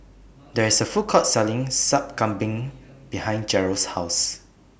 There IS A Food Court Selling Sup Kambing behind Jerrel's House